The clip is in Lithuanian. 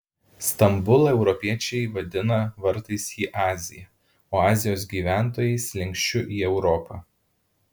stambulą europiečiai vadina vartais į aziją o azijos gyventojai slenksčiu į europą